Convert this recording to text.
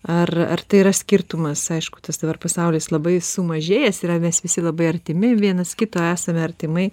ar ar tai yra skirtumas aišku tas dabar pasaulis labai sumažėjęs yra mes visi labai artimi vienas kito esame artimai